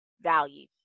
value